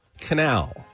Canal